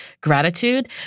gratitude